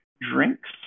drinks